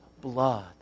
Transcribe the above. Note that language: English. blood